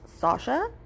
Sasha